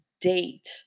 date